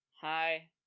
hi